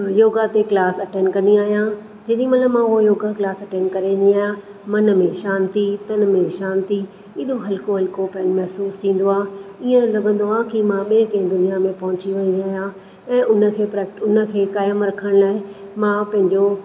योगा ते class attend कंदी आहियां जेॾी महिल मां उहो योगा क्लास अटेंड करे इंदी आं मनु में शांती तनु में शांती एॾो हल्को हल्कोपन महिसूसु थींदो आहे ईअं लगं॒दो आहे कि मां ॿे के दुनियां में पहुची वई आहियां ऐं हुन खे घरु में रखणु लाइ मां पंहिंजो